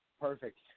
Perfect